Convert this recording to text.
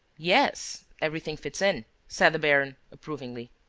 yes, everything fits in, said the baron, approvingly,